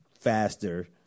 faster